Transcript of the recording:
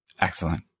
excellent